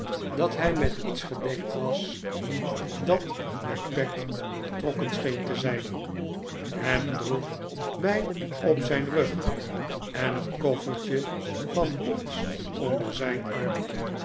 dat hij met iets gedekt was dat met pek doortrokken scheen te zijn ham droeg mij op zijn rug en een koffertje van ons onder zijn arm